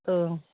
औ